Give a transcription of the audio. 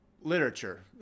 literature